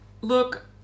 Look